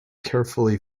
carefully